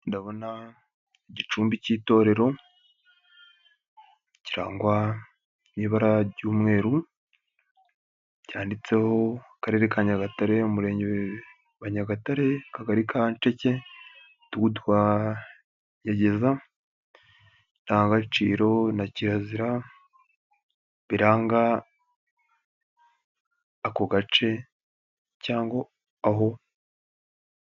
Ndabona igicumbi cy'itorero, kirangwa n'ibura ry'umweru, cyanditseho Akarere ka Nyagatare, Umurenge wa Nyagatare, Akagari Kasheke, Umudugudu wa Nyegeza, indangagaciro na kirazira biranga ako gace cyangwa aho.